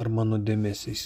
ar mano dėmesys